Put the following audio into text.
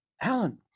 alan